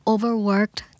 Overworked